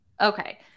Okay